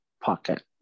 pocket